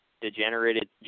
degenerated